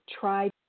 try